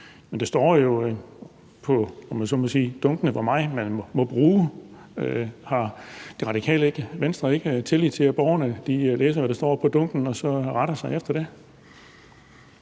Men der står jo på dunkene, hvor meget man må bruge. Har Radikale Venstre ikke tillid til, at borgerne læser, hvad der står på dunken, og så retter sig efter det?